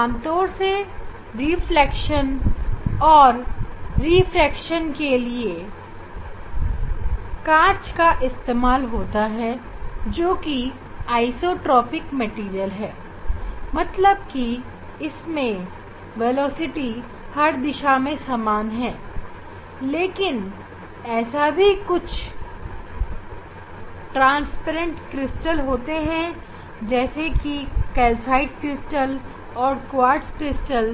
आमतौर से रिफ्लेक्शन और रिफ्रैक्शन के लिए कांच का इस्तेमाल होता है जोकि आइसोट्रॉपिक मैटेरियल है मतलब की इसमें वेलोसिटी हर दिशा में समान है लेकिन ऐसे भी कुछ ट्रांसपेरेंट क्रिस्टल होते हैं जैसे कि कैल्साइट क्रिस्टल और क्वार्ट्ज क्रिस्टल